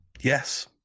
Yes